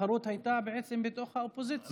התחרות בעצם הייתה בתוך האופוזיציה.